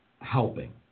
helping